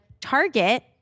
Target